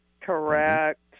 Correct